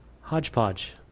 hodgepodge